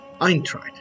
Eintracht